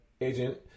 agent